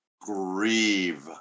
grieve